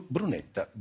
Brunetta